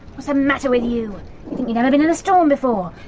what's the matter with you? you think you'd never been in a storm before.